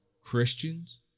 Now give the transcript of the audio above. Christians